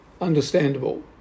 understandable